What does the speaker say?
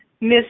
Miss